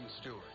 Stewart